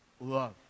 love